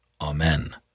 Amen